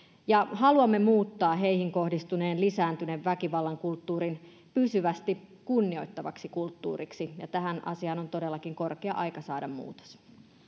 ja haluamme muuttaa heihin kohdistuneen lisääntyneen väkivallan kulttuurin pysyvästi kunnioittavaksi kulttuuriksi tähän asiaan on todellakin korkea aika saada muutos